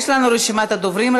יש לנו רשימת דוברים,